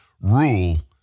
rule